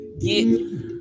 get